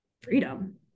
freedom